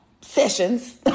sessions